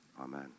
amen